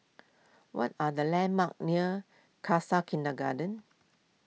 what are the landmarks near Khalsa Kindergarten